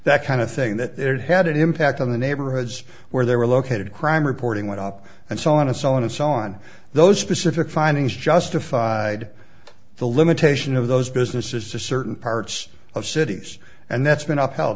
that kind of thing that had an impact on the neighborhoods where they were located crime reporting went up and so on and so on and so on those specific findings justified the limitation of those businesses to certain parts of cities and that's been uphel